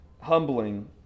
humbling